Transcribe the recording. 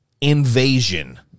Invasion